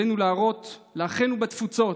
עלינו להראות לאחינו בתפוצות